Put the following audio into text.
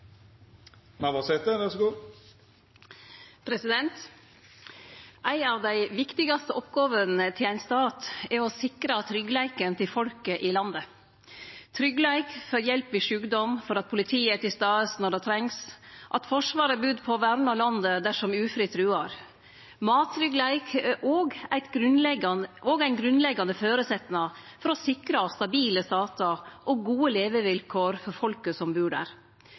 å sikre tryggleiken til folket i landet – tryggleik for hjelp ved sjukdom, for at politiet er til stades når det trengst, og for at Forsvaret er budd på å verne landet dersom ufred truar. Mattryggleik er òg ein grunnleggjande føresetnad for å sikre stabile statar og gode levevilkår for folket som bur der.